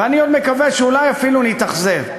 ואני עוד מקווה שאולי אפילו נתאכזב,